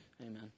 Amen